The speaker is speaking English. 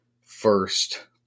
first